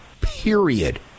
Period